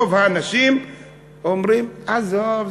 רוב האנשים אומרים: עזוב,